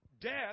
death